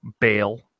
bail